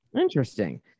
Interesting